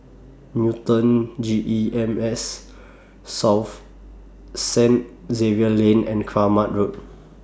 Newton G E M S South Saint Xavier's Lane and Kramat Road